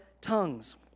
tongues